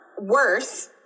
worse